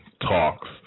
talks